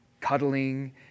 cuddling